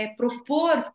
propor